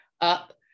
up